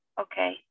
Okay